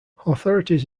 authorities